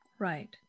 Right